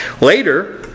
Later